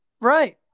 Right